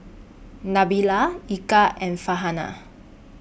Nabila Eka and Farhanah